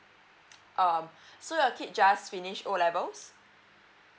um so your kid just finish O levels